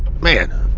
Man